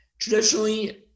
Traditionally